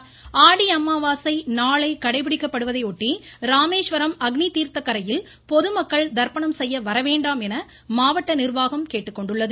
ஆடி அமாவாசை ஆடி அமாவாசை நாளை கடைபிடிக்கப்படுவதை ஒட்டி இராமேஸ்வரம் அக்னி தீர்த்தக் கரையில் பொதுமக்கள் தர்ப்பணம் செய்ய வரவேண்டாம் என மாவட்ட நிர்வாகம் கேட்டுக் கொண்டுள்ளது